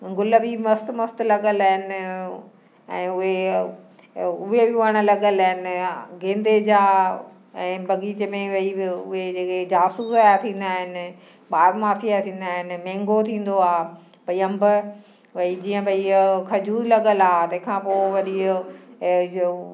गुल बि मस्तु मस्तु लॻल आहिनि ऐं उहे उहे वण लॻल आहिनि गेंदे जा ऐं बगीचे में भई उहे जेके जासूस जा थींदा आहिनि ॿारामासी जा थींदा आहिनि मैंगो थींदो आहे भई अंब भई जीअं भई खजूर लॻल आहे तंहिंखां पोइ वरी ऐं इहो जो